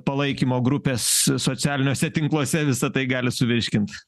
palaikymo grupės socialiniuose tinkluose visa tai gali suvirškint